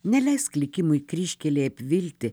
neleisk likimui kryžkelėj apvilti